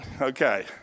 Okay